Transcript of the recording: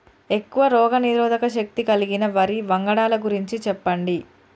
ఎక్కువ రోగనిరోధక శక్తి కలిగిన వరి వంగడాల గురించి చెప్పండి?